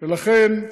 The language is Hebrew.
ולכן,